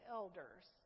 elders